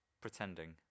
pretending